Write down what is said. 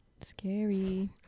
Scary